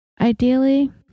Ideally